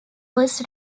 was